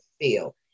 feel